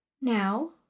Now